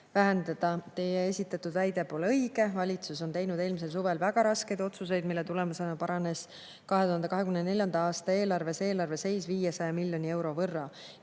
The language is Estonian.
vähendada?" Teie esitatud väide pole õige. Valitsus on teinud eelmisel suvel väga raskeid otsuseid, mille tulemusena paranes 2024. aasta eelarves eelarve seis 500 miljoni euro võrra.